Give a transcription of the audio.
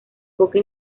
poca